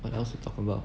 what else to talk about